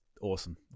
awesome